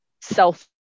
self-